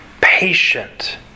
Patient